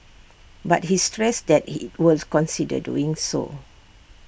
but he stressed that IT was consider doing so